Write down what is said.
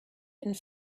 and